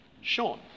Sean